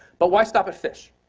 but why stop at fish?